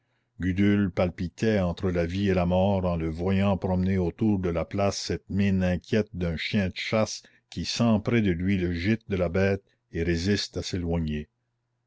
gudule palpitait entre la vie et la mort en le voyant promener autour de la place cette mine inquiète d'un chien de chasse qui sent près de lui le gîte de la bête et résiste à s'éloigner